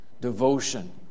devotion